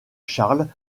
charles